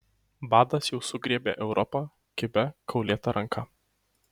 badas jau sugriebė europą kibia kaulėta ranka